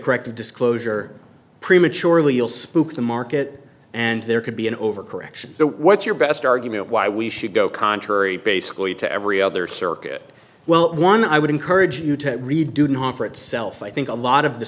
corrective disclosure prematurely you'll spook the market and there could be an overcorrection what's your best argument why we should go contrary basically to every other circuit well one i would encourage you to read didn't offer itself i think a lot of the